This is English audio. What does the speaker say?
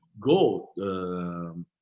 go